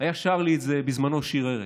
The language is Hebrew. היה שר לי את זה בזמנו כשיר ערש: